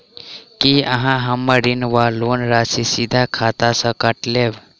की अहाँ हम्मर ऋण वा लोन राशि सीधा खाता सँ काटि लेबऽ?